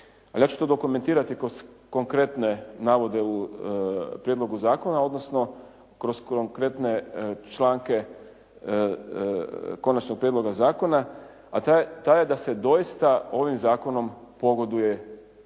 ali ja ću to dokumentirati kroz konkretne navode u prijedlogu zakona, odnosno kroz konkretne članke konačnog prijedloga zakona, a taj je da se doista ovim zakonom pogoduje sadašnjim